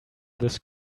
this